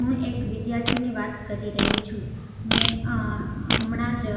હું એક વિદ્યાર્થીની વાત કરી રહી છું મેં હમણાં જ